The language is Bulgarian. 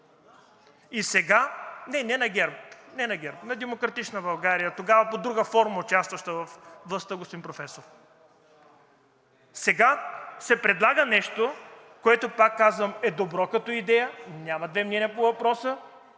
на ГЕРБ, не на ГЕРБ. На „Демократична България“ тогава под друга форма, участваща във властта, господин Професор. Сега се предлага нещо, което, пак казвам, е добро като идея, няма две мнения по въпроса,